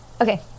Okay